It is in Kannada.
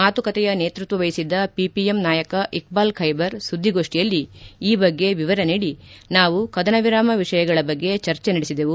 ಮಾತುಕತೆಯ ನೇತೃತ್ವ ವಹಿಸಿದ್ದ ಪಿಪಿಎಂ ನಾಯಕ ಇಕ್ಷಾಲ್ ಖೈಬರ್ ಸುದ್ದಿಗೋಷ್ಠಿಯಲ್ಲಿ ಈ ಬಗ್ಗೆ ವಿವರ ನೀಡಿ ನಾವು ಕದನ ವಿರಾಮ ವಿಷಯಗಳ ಬಗ್ಗೆ ಚರ್ಚೆ ನಡೆಸಿದೆವು